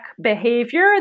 behavior